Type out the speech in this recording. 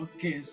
Okay